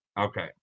Okay